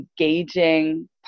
engaging